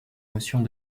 notions